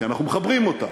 כי אנחנו מחברים אותה.